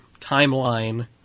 Timeline